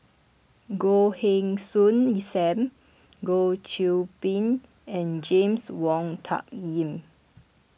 Goh Heng Soon Sam Goh Qiu Bin and James Wong Tuck Yim